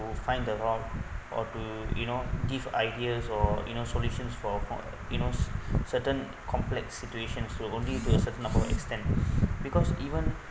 to find the wrong or to you know give ideas or you know solutions for point you know certain complex situations will only to a certain power of extent because even